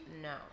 No